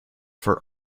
for